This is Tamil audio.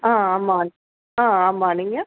ஆ ஆமாம் ஆ ஆமாம் நீங்கள்